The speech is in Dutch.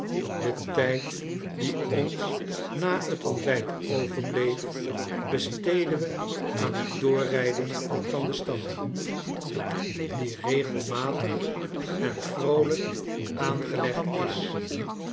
den tijd die ons na t ontbijt overbleef besteedden we aan t doorrijden van de stad die regelmatig en vroolijk aangelegd is